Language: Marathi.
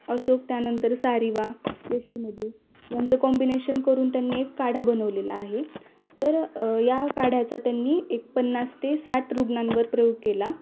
अशोक त्यानंतर सारिवा यांचं कॉम्बिनेशन करून त्यांनी एक काढा बनवलेला आहे तर या काढ्याचा त्यांनी एक पन्नास ते साठ रुग्णांवर प्रयोग केला